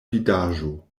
vidaĵo